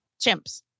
chimps